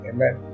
Amen